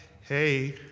hey